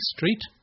Street